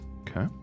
Okay